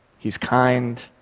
he's kind,